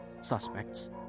suspects